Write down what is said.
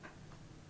יוכל להגיד.